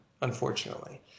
unfortunately